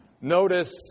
Notice